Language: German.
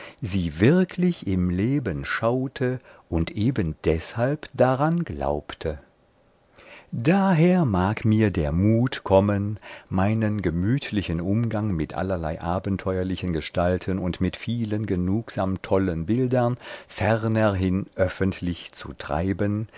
sie wirklich im leben schaute und eben deshalb daran glaubte daher mag mir der mut kommen meinen gemütlichen umgang mit allerlei abenteuerlichen gestalten und mit vielen genugsam tollen bildern fernerhin öffentlich zu treiben